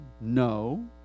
No